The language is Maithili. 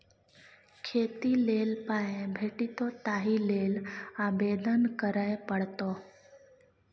खेती लेल पाय भेटितौ ताहि लेल आवेदन करय पड़तौ